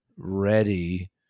ready